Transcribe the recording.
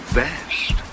best